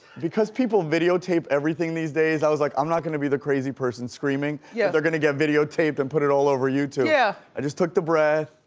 because people videotape everything these days, i was like, i'm not gonna be the crazy person screaming, that yeah they're gonna get videotaped and put it all over youtube. yeah. i just took the breath,